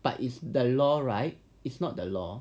but it's the law right it's not the law